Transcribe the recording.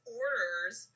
orders